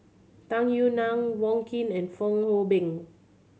Tung Yue Nang Wong Keen and Fong Hoe Beng